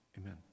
Amen